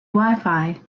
wifi